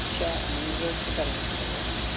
یہِ چھا مٲنٛزٕ رٲژ تہِ کَرٕنۍ فوٹوٗگرٚافی